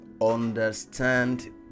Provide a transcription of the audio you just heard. understand